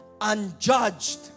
unjudged